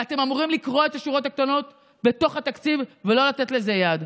ואתם אמורים לקרוא את השורות הקטנות בתוך התקציב ולא לתת לזה יד.